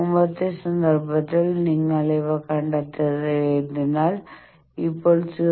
മുമ്പത്തെ സന്ദർഭത്തിൽ നിങ്ങൾ ഇവ കണ്ടെത്തിയതിനാൽ ഇപ്പോൾ 0